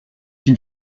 une